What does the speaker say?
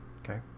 Okay